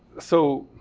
so,